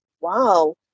wow